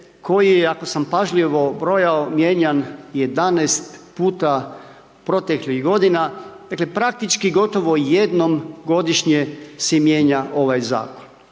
koji je, ako sam pažljivo brojao, mijenjan 11 puta proteklih godina , dakle praktički gotovo jednom godišnje se mijenja ovaj zakon.